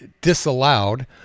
disallowed